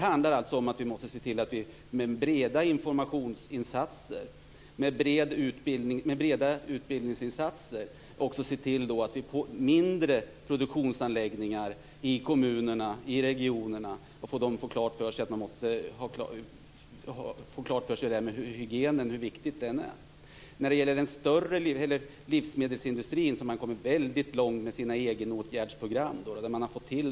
Vi måste se till att man med breda informationsinsatser och utbildningsinsatser gör klart för personalen på mindre produktionsanläggningar i kommunerna och regionerna hur viktigt det är med hygienen. Livsmedelsindustrin har kommit väldigt långt med sina egenåtgärdsprogram.